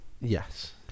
yes